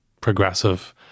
progressive